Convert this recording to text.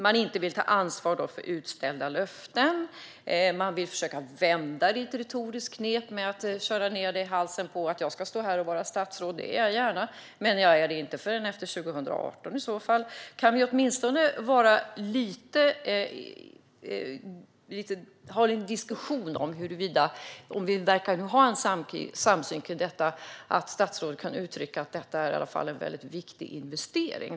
Man inte vill ta ansvar för utställda löften. Man försöker att använda det retoriska knepet att vända på det hela genom att köra ned det i halsen på mig, som att jag skulle stå här och vara statsråd - vilket jag gärna är, men jag är det i så fall inte förrän efter 2018. När vi nu verkar ha en samsyn i denna fråga kan väl statsrådet åtminstone uttrycka att detta är en väldigt viktig investering?